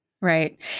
Right